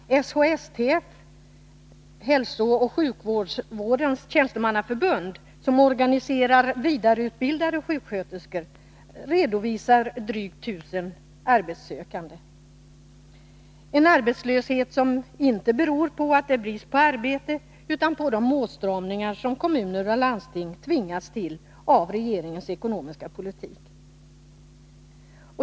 SHSTF — Hälsooch sjukvårdens tjänstemannaförbund, som organiserar vidareutbildade sjuksköterskor — redovisar drygt 1000 arbetssökande. Denna arbetslöshet beror inte på att det är brist på arbete utan på de åtstramningar som kommuner och landsting har tvingats till av regeringens ekonomiska politik.